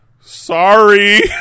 sorry